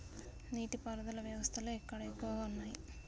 నీటి పారుదల వ్యవస్థలు ఎక్కడ ఎక్కువగా ఉన్నాయి?